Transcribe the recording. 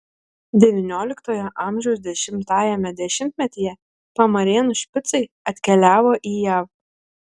devynioliktojo amžiaus dešimtajame dešimtmetyje pamarėnų špicai atkeliavo į jav